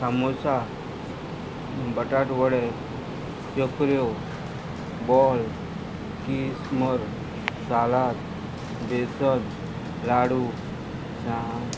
सामोसा बटाट वडे चकऱ्यो बॉल किस्मुर सालाद बेसन लाडू सां